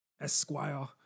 Esquire